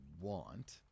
want